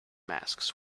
masks